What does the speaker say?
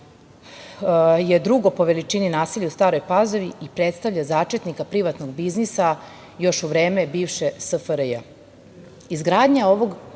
je drugo po veličini naselje u Staroj Pazovi i predstavlja začetnika privatnog biznisa još u vreme bivše SFRJ.